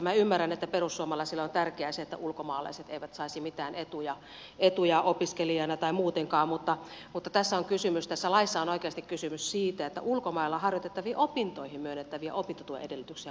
minä ymmärrän että perussuomalaisille on tärkeä asia että ulkomaalaiset eivät saisi mitään etuja opiskelijana tai muutenkaan mutta tässä laissa on oikeasti kysymys siitä että ulkomailla harjoitettaviin opintoihin myönnettäviä opintotuen edellytyksiä muutetaan